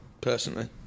personally